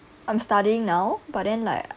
I'm studying now but then like